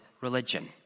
religion